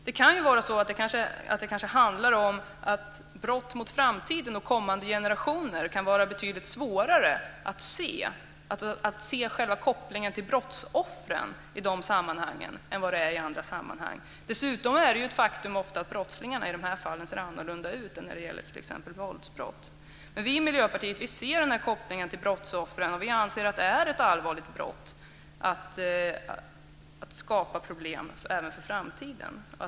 Det kan vara så att brott mot framtiden och kommande generationer kan vara betydligt svårare att se, att se själva kopplingen till brottsoffren i de sammanhangen än vad det är i andra sammanhang. Dessutom är det faktum att brottslingarna i de här fallen ofta ser annorlunda ut än när det gäller t.ex. våldsbrott. Vi i Miljöpartiet ser kopplingen till brottsoffren. Vi anser att det är ett allvarligt brott att skapa problem även för framtiden.